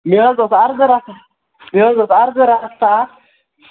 مےٚ حظ اوس عرضہٕ رَژھا مےٚ حظ اوس عرضہٕ رَژھا اکھ